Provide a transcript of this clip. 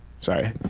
Sorry